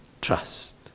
trust